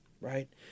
right